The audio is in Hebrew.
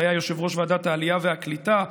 שהיה יושב-ראש ועדת העלייה והקליטה,